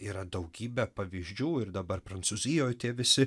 yra daugybė pavyzdžių ir dabar prancūzijoj tie visi